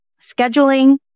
scheduling